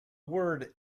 word